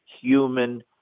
human